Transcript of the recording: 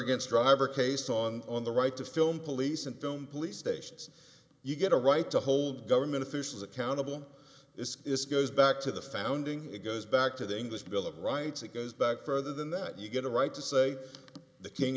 against driver case on the right to film police and film police stations you get a right to hold government officials accountable this is goes back to the founding it goes back to the english bill of rights it goes back further than that you get a right to say the king